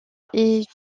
est